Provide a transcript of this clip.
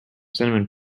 cinnamon